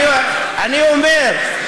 אני אומר,